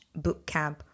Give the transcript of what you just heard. bootcamp